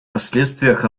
последствиях